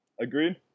Agreed